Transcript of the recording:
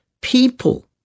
people